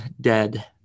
dead